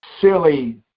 silly